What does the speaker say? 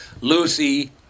Lucy